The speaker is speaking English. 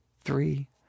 three